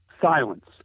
Silence